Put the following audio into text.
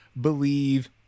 believe